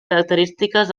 característiques